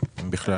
אם בכלל?